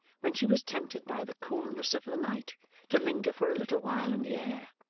when she was tempted by the coolness of the night to linger for a little while in the air.